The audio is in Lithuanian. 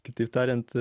kitaip tariant